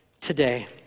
today